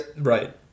Right